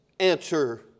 Answer